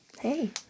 Hey